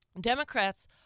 Democrats